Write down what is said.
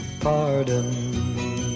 pardon